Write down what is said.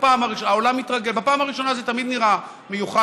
בפעם הראשונה זה תמיד נראה מיוחד.